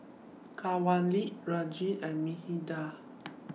Kanwaljit Rajan and Medha